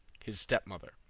his stepmother.